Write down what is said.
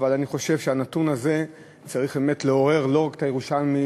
אבל אני חושב שהנתון הזה צריך באמת לעורר לא רק ירושלמים,